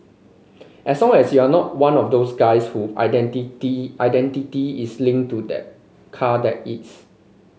as long as you're not one of those guys whose identity identity is linked to the car that is